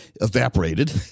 evaporated